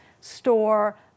store